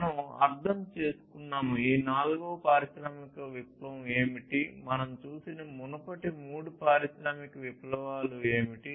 మనం అర్థం చేసుకున్నాము ఈ నాల్గవ పారిశ్రామిక విప్లవం ఏమిటి మనం చూసిన మునుపటి మూడు పారిశ్రామిక విప్లవాలు ఏమిటి